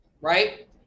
right